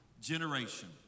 generation